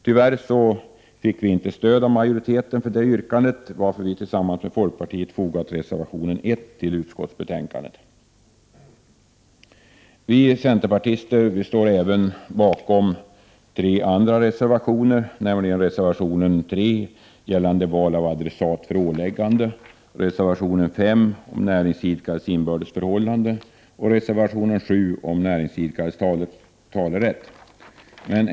Tyvärr fick vi inte stöd av majoriteten för detta yrkande, varför vi tillsammans med folkpartiet fogat reservation 1 till utskottsbetänkandet. Vi centerpartister står även bakom reservationerna 3 beträffande val av adressat för ålägganden, 5 om näringsidkares inbördes förhållanden och 7 om näringsidkares talerätt.